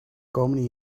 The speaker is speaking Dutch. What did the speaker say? komende